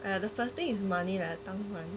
like the first thing is money like err 当然